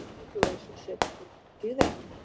relationships should do that,